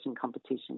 competition